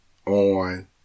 On